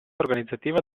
organizzativa